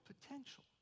potential